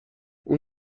اون